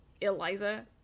Eliza